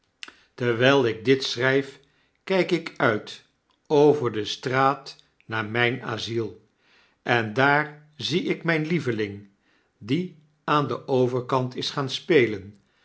terwyl ik dit schrijf kyk ik uit over de straat naar mjn asyl en daar zie ik miin lieveling die aan den overkant is gaan spelen